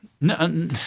no